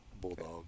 bulldog